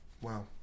Wow